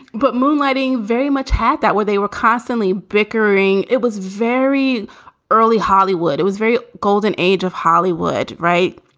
but moonlighting very much had that were they were constantly bickering. it was very early hollywood it was very golden age of hollywood. right.